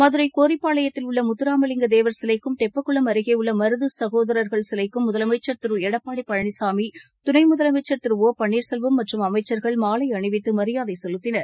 மதுரைகோரிப்பாளையத்தில் தேவர் சிலைக்கும் உள்ளமுத்துராமலிங்க தெப்பக்குளம் அருகேஉள்ளமருதுசகோதரர்கள் சிலைக்கும் முதலமைச்சர் திருளடப்பாடிபழனிசாமி துணைமுதலமைச்சர் திரு ஒ பன்னீர்செல்வம் மற்றும் அமைச்சர்கள் மாலைஅணிவித்துமரியாதைசெலுத்தினர்